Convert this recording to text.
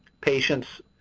patients